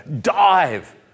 dive